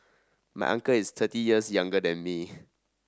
my uncle is thirty years younger than me